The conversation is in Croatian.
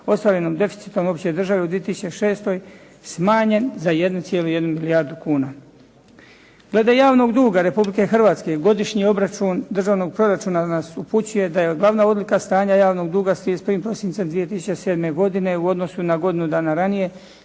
ostvarenim deficitom opće države u 2006. smanjen za 1,1 milijardu kuna. Glede javnog duga Republike Hrvatske godišnji obračun državnog proračuna nas upućuje da je glavna odlika stanja javnog duga s 31. prosincem 2007. godine u odnosu na godinu dana ranije